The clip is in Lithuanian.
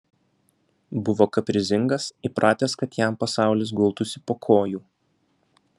buvo kaprizingas įpratęs kad jam pasaulis gultųsi po kojų